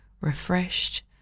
refreshed